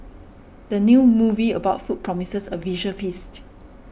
the new movie about food promises a visual feast